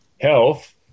health